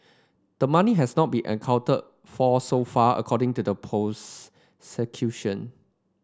the money has not been accounted for so far according to the prosecution